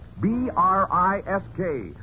B-R-I-S-K